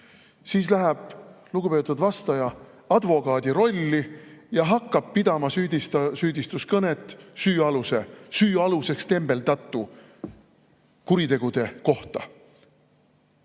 siis läheb lugupeetud vastaja advokaadi rolli ja hakkab pidama süüdistuskõnet süüaluseks tembeldatu kuritegude kohta.